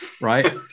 right